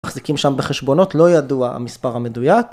מחזיקים שם בחשבונות לא ידוע המספר המדויק